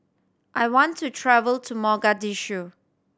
I want to travel to Mogadishu